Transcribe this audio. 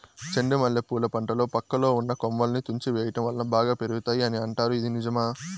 చెండు మల్లె పూల పంటలో పక్కలో ఉన్న కొమ్మలని తుంచి వేయటం వలన బాగా పెరుగుతాయి అని అంటారు ఇది నిజమా?